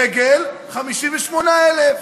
דגל, 58,000,